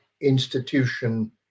institution